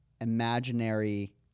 imaginary